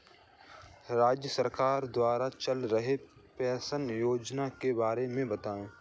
राज्य सरकार द्वारा चल रही पेंशन योजना के बारे में बताएँ?